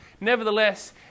nevertheless